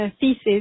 thesis